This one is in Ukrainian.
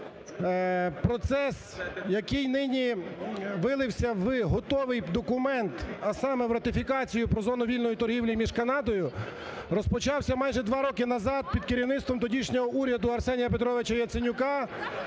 процес, який нині вилився в готовий документ, а саме в ратифікацію про зону вільної торгівлі між Канадою, розпочався майже два роки назад під керівництвом тодішнього уряду Арсенія Петровича Яценюка,